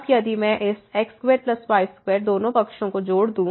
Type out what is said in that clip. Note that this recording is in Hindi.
अब यदि मैं इस x2y2 दोनों पक्षों को जोड़ दूं